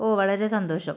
ഓ വളരെ സന്തോഷം